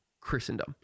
Christendom